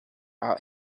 out